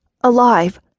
alive